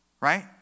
Right